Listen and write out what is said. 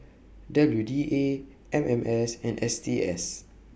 W D A M M S and S T S